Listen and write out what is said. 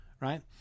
right